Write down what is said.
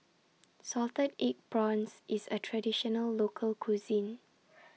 Salted Egg Prawns IS A Traditional Local Cuisine